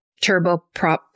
turboprop